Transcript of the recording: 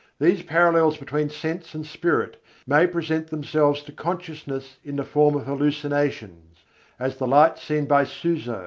these parallels between sense and spirit may present themselves to consciousness in the form of hallucinations as the light seen by suso,